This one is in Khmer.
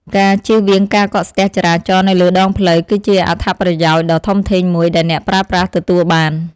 ការចៀសវាងការកកស្ទះចរាចរណ៍នៅលើដងផ្លូវ គឺជាអត្ថប្រយោជន៍ដ៏ធំធេងមួយដែលអ្នកប្រើប្រាស់ទទួលបាន។